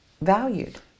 valued